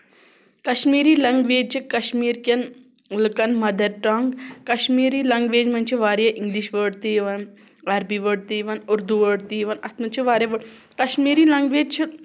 Kashmiri language چھِ کَشمیٖرکٮ۪ن لُکن مَدر ٹنگ کَشمیٖری لنگویج منٛز چھِ واریاہ اِنگلِش وٲڑ تہِ یِوان اَربی وٲڑ تہِ یِوان اردو وٲڑ تہِ یِوان اَتھ منٛز چھِ واریاہ وٲڑ کَشمیٖری لینگویج چھِ